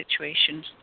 situations